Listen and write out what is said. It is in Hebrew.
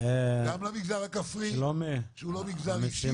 גם למגזר הכפרי שהוא לא מגזר --- וגם לחרדי.